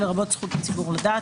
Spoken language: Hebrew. לרבות זכות הציבור לדעת,